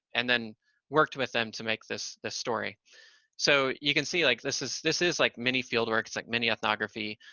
and then worked with them to make this this story so you can see like this is, this is like mini fieldwork. it's like mini ethnography,